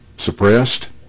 suppressed